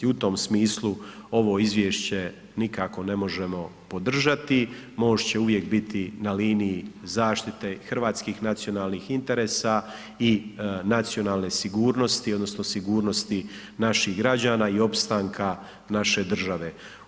U tom smislu ovo izvješće nikako ne možemo podržati, MOST će uvijek biti na liniji zaštite hrvatskih nacionalnih interesa i nacionalne sigurnosti odnosno sigurnosti naših građana i opstanka naše države.